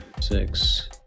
six